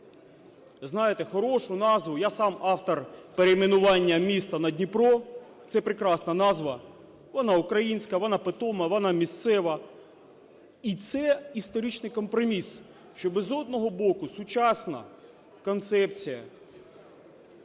знаєте, хорошу назву, я сам автор перейменування міста на Дніпро, це прекрасна назва, вона українська, вона питома, вона місцева, і це історичний компроміс, щоб, з одного боку, сучасна концепція